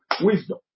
wisdom